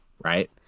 Right